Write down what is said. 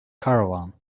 caravan